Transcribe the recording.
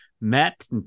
met